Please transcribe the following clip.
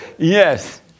Yes